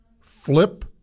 flip